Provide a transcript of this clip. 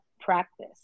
practice